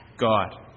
God